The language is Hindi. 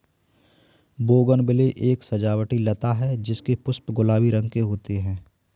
बोगनविले एक सजावटी लता है जिसके पुष्प गुलाबी रंग के होते है